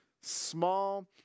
small